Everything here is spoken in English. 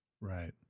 Right